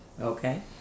Okay